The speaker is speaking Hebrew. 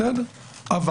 נמשיך הלאה.